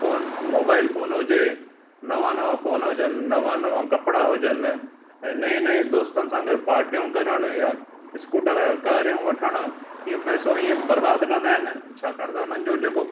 phone mobile phone हुजे नवां नवां फ़ोन हुजनि नवां नवां कपिड़ा हुजनि ऐं नये नये दोस्तनि सां गॾु पार्टियूं करणु या स्कूटर कारियूं वठणु इहो पैसो ईअं बर्बादु कंदा आहिनि छाकाणि त उन्हनि जो जेको